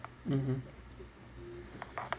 mmhmm